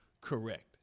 correct